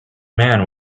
man